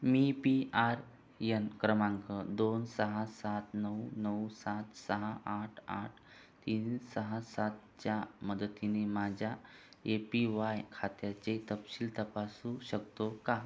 मी P R N क्रमांक दोन सहा सात नऊ नऊ सात सहा आठ आठ तीन सहा सातच्या मदतीने माझ्या ए पी वाय खात्याचे तपशील तपासू शकतो का